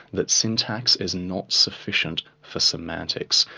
that syntax is not sufficient for semantics.